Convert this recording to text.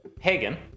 Hagen